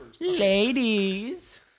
Ladies